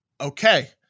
Okay